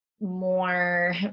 more